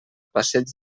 passeig